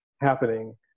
happening